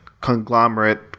conglomerate